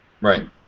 Right